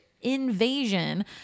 invasion